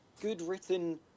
good-written